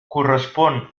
correspon